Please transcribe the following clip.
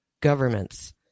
governments